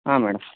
ಹಾಂ ಮೇಡಮ್